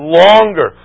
longer